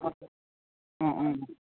অঁ অঁ